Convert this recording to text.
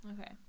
Okay